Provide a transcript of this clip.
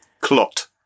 Clot